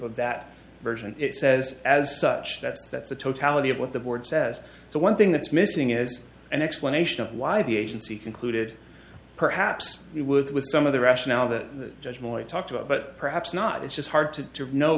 of that version it says as such that's that's the totality of what the board says so one thing that's missing is an explanation of why the agency concluded perhaps it would with some of the rationale the judgment talked about but perhaps not it's just hard to know